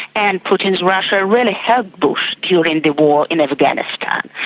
and putin's russia really helped bush during the war in afghanistan,